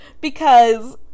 because-